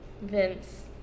Vince